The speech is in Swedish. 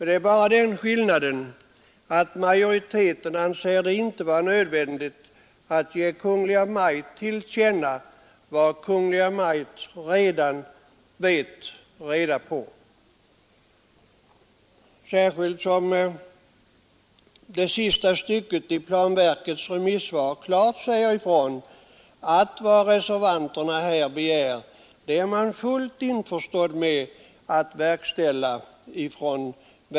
Det är bara den skillnaden att majoriteten inte anser det vara nödvändigt att ge Kungl. Maj:t till känna vad Kungl. Maj:t redan vet, särskilt som planverket i sista stycket i sitt remissvar klart säger ifrån, att vad reservanterna här begär är man fullt införstådd med att verkställa.